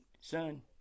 Son